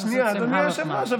שנייה, אדוני היושב-ראש.